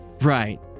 Right